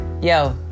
Yo